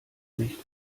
nicht